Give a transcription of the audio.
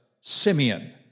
Simeon